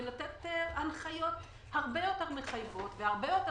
ולתת הנחיות הרבה יותר מחייבות והרבה יותר